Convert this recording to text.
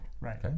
Right